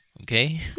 Okay